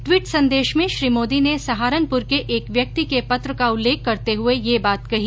tweet संदेश में श्री मोदी ने सहारनपुर के एक व्यक्ति के पत्र का उल्लेख करते हुए यह बात कही